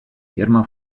firma